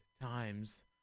times